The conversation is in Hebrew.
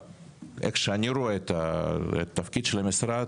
איך שאני רואה את התפקיד של המשרד,